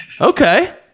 Okay